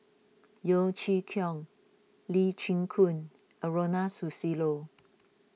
Yeo Chee Kiong Lee Chin Koon and Ronald Susilo